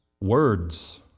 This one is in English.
words